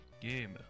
Game